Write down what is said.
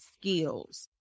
skills